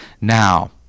Now